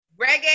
Reggae